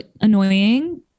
annoying